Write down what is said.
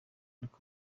ariko